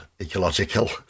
ecological